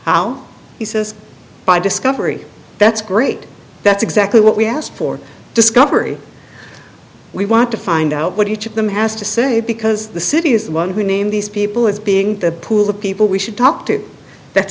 how he says by discovery that's great that's exactly what we asked for discovery we want to find out what each of them has to say because the city is the one who named these people as being the pool of people we should talk to that's